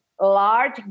large